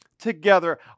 together